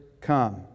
come